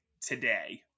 today